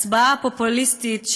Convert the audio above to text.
הצבעה פופוליסטית,